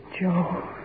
Joe